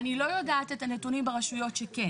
אני לא יודעת את הנתונים ברשויות שכן.